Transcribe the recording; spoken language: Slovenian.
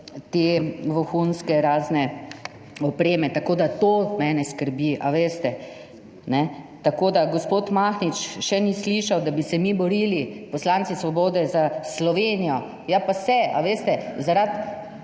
te vohunske razne opreme. Tako da, to mene skrbi. Tako da gospod Mahnič še ni slišal, da bi se mi borili poslanci svobode za Slovenijo. Ja, pa se, ali veste? Zaradi